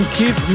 keep